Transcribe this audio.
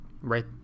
Right